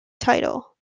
title